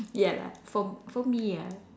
ya lah for for me ah